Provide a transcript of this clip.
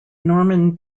norman